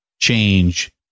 change